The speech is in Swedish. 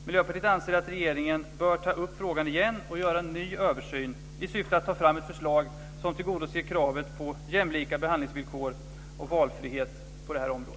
Miljöpartiet anser att regeringen bör ta upp frågan igen och göra en ny översyn i syfte att ta fram ett förslag som tillgodoser kravet på jämlika behandlingsvillkor och valfrihet på detta område.